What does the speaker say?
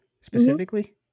specifically